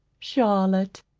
charlotte.